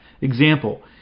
Example